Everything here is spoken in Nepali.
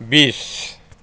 बिस